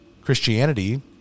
Christianity